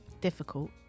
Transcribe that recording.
difficult